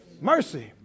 Mercy